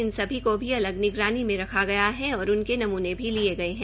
इन सभी को भी अलग निगरानी में रखा गया है और उनके नमूने भी लिये गये है